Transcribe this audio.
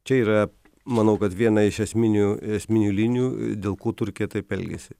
čia yra manau kad viena iš esminių esminių linijų dėl ko turkija taip elgiasi